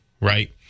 right